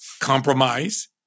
compromise